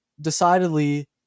decidedly